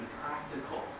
practical